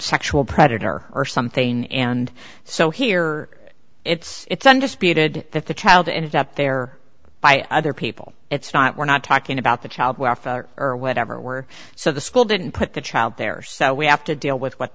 sexual predator or something and so here it's it's undisputed that the child ended up there by other people it's not we're not talking about the child or whatever we're so the school didn't put the child there so we have to deal with what